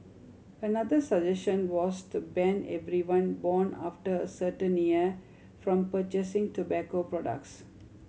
another suggestion was to ban everyone born after a certain year from purchasing tobacco products